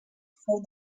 fou